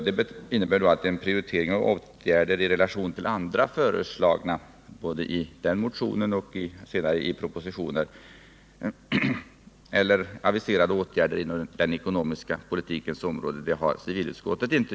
Det innebär att en prioritering av åtgärder i relation till andra — både i motionen och senare i propositionen om den ekonomiska politiken — föreslagna eller aviserade åtgärder inom den ekonomiska politikens område inte gjorts av civilutskottet.